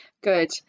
Good